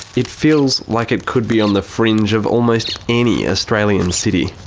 it feels like it could be on the fringe of almost any australian city.